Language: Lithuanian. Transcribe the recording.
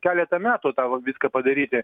keletą metų tą vo viską padaryti